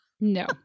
No